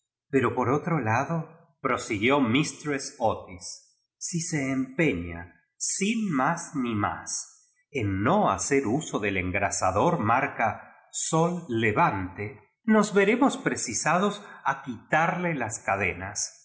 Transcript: pero por otro ladoprosiguió mistress otissi se empeña sin más ni más en no hacer uso del engrasador marca sol la vante nos veremos precisados a quitarle tan cadenas